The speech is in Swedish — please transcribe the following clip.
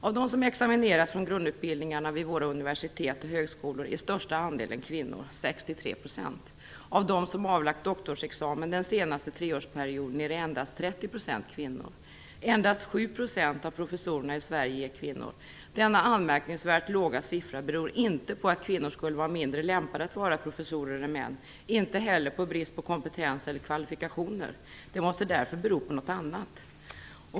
Av dem som examineras från grundutbildningarna vid våra universitet och högskolor är största andelen kvinnor - 63 %. Av dem som avlagt doktorsexamen den senaste treårsperioden är endast 30 % kvinnor. Endast 7 % av professorerna i Sverige är kvinnor. Denna anmärkningsvärt låga siffra beror inte på att kvinnor skulle vara mindre lämpade att vara professorer än män. Den beror inte heller på brist på kompetens eller kvalifikationer. Den måste därför bero på något annat.